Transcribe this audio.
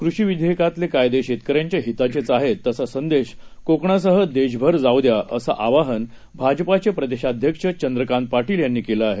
कृषीविधेयकातलेकायदेशेतकऱ्यांच्याहिताचेचआहेत तसासंदेशकोकणासहदेशभरजाऊद्या असंआवाहनभाजपाचेप्रदेशाध्यक्षचंद्रकांतपाटीलयांनीकेलंआहे